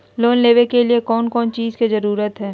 Loan लेबे के लिए कौन कौन चीज के जरूरत है?